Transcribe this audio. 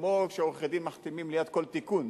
כמו שעורכי-דין מחתימים ליד כל תיקון,